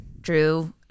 Drew